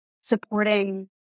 supporting